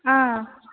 ஆ